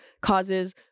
causes